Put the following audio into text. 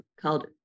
called